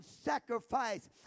sacrifice